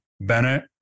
Bennett